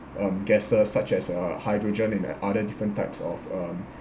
um gases such as uh hydrogen and uh other different types of um